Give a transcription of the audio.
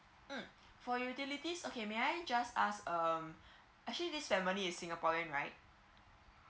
mm for utilities okay may I just ask um actually this family is singaporean right